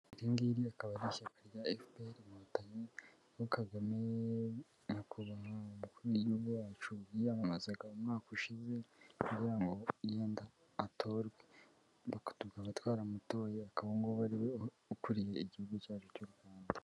Iri ngiri akaba ari ishyaka rya FPR inkotanyi, ubwo Kagame nyakubahwa umukuru w'igihugu wacu, yiyamamazaga mu mwaka ushize, kugira ngo yenda atorwe, ni uko tukaba twaramutoye, akaba ubu ngubu ariwe ukuriye igihugu cyacu cy'u Rwanda.